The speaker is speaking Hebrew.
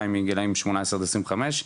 מגילאים שמונה עשרה עד עשרים וחמש,